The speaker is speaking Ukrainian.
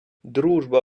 дружба